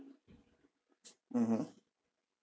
mmhmm